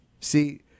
See